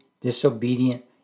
disobedient